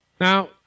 Now